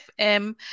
fm